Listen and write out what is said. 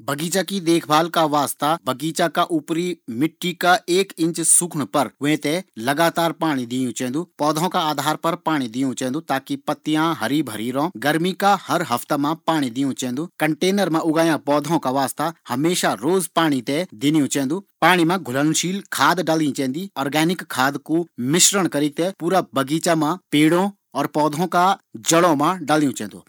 बगीचा की देखभाल का वास्ता बगीचा का ऊपरी मिट्टी का एक इंच सुखण पर वी थें लगातार पाणी दियूँ चैन्दू। पौधों का आधार पर पाणी दियूं चैन्दू ताकी पत्तियां हरी भरी रौन। गर्मी मा हर हफ्ता मा पाणी दियूँ चैन्दू। कन्टेनर मा उगाया पौधों थें हमेशा रोज पाणी दियूं चैन्दू। पाणी मा घुलनशील खाद डाली चैन्दी और आर्गेनिक खाद कू मिश्रण बणेक बगीचा मा पेड़ों और पौधों की जड़ों मा डाल्यूं चैन्दू।